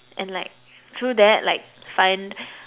and like through that like find